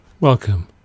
welcome